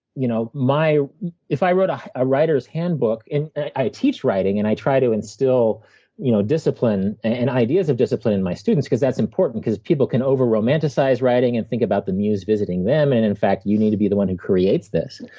you know, my if i wrote a ah writer's handbook and i teach writing, and i try to instill you know discipline and ideas of discipline discipline in my students because that's important because people can over romanticize writing and think about the muse visiting them, and in fact, you need to be the one who creates this.